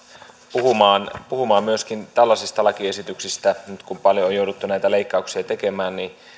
puhumaan puhumaan myöskin tällaisista lakiesityksistä nyt kun paljon on jouduttu näitä leikkauksia tekemään niin